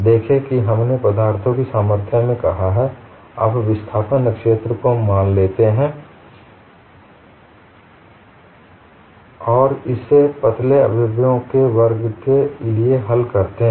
देखें कि हमने पदार्थों की सामर्थ्य में कहा है आप विस्थापन क्षेत्र को मान लेते हैं और इसे पतले अवयवों के वर्ग के लिए हल करते हैं